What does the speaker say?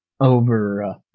over